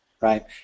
Right